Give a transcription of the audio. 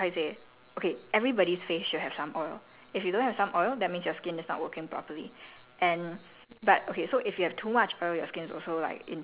and our skin has this ability to err how to say okay everybody's face should have some oil if you don't have some oil that means your skin is not working properly